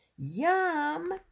Yum